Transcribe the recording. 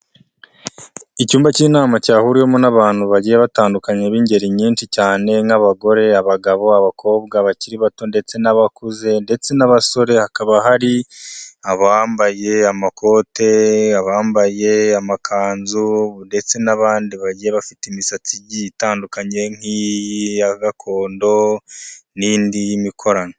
Icyumba cy'inama cyahuwemo n'abantu bagiye batandukanye b'ingeri nyinshi cyane, nk'abagore, abagabo, abakobwa bakiri bato ndetse n'abakuze ndetse n'abasore, hakaba hari abambaye amakote, bambaye amakanzu ndetse n'abandi, bagiye bafite imisatsi igiye itandukanye nk'iya gakondo n'indi y'imikorano.